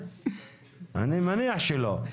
אני מניח שלא.